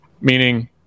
Meaning